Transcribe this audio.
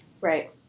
Right